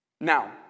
Now